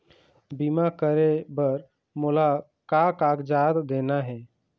बीमा करे बर मोला का कागजात देना हे?